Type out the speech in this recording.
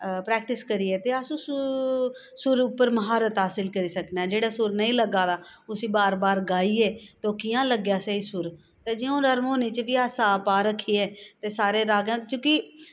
practice करियै ते उस सुर उप्पर म्हारत हासल करी सकने आं जेह्ड़ा सुर नेईं लग्गा दा उसी बार बार गाइयै ते ओह् कियां लग्गै स्हेई सुर ते जियां हून हरमौनी च अस गा पा रक्खियै ते सारे राग न क्योंकि